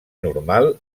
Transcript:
normal